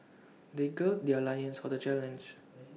they gird their loins for the challenge